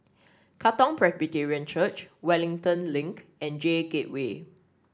Katong Presbyterian Church Wellington Link and J Gateway